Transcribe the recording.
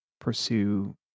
pursue